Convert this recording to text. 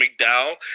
McDowell